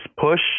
push